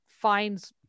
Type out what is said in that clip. finds